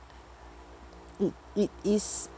it it is